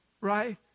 right